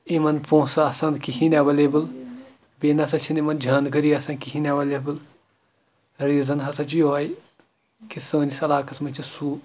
یِمَن پونٛسہٕ آسان کِہیٖنۍ اٮ۪ویلیبٕل بیٚیہِ نَسا چھِنہٕ یِمَن جانکٲری آسان کِہیٖنۍ اٮ۪ویلیبٕل ریٖزَن ہَسا چھِ یِہوٚے کہِ سٲنِس عَلاقَس منٛز چھِ سُہ